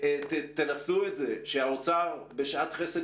ותנצלו את זה שהאוצר בשעת חסד,